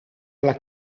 alla